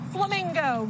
Flamingo